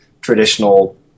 traditional